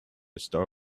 star